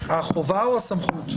החובה או הסמכות?